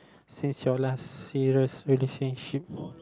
since your last serious relationship